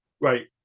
Right